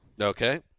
Okay